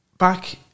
Back